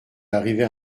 arrivait